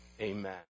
Amen